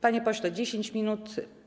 Panie pośle, 10 minut.